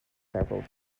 several